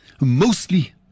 Mostly